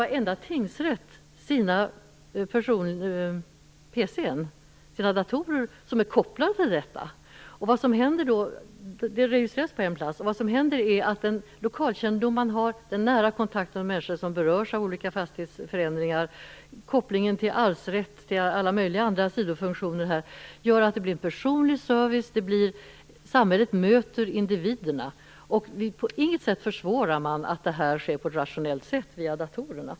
Varenda tingsrätt har sina datorer kopplade till detta system, just på grund av datoriseringen. Man har en lokalkännedom, en nära kontakt med människor som berörs av olika fastighetsförändringar, och det finns en koppling till arvsrätt. Detta och alla möjliga andra sidofunktioner gör att det blir en personlig service. Samhället möter individerna. På inget sätt förhindrar man att det här sker på ett rationellt sätt via datorerna.